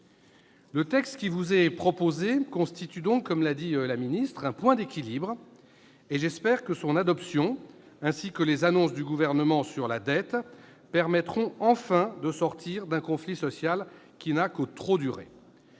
Le texte qui vous est proposé, mes chers collègues, constitue donc, comme l'a dit Mme la ministre, un point équilibre. J'espère que son adoption ainsi que les annonces du Gouvernement sur la dette permettront enfin de sortir d'un conflit social qui n'a que trop duré.